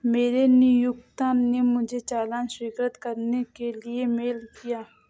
मेरे नियोक्ता ने मुझे चालान स्वीकृत करने के लिए मेल किया